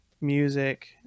music